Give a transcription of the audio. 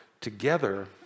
together